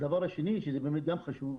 הדבר השני שזה באמת גם חשוב,